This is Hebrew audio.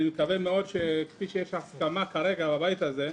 אני רוצה להגיד לך שאלוהים אוהב אתכם,